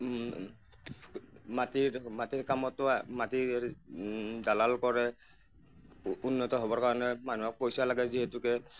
মাটিৰ মাটিৰ কামতো মাটিৰ দালাল কৰে উন্নত হ'বৰ কাৰণে মানুহক পইচা লাগে যিহেতুকে